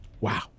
Wow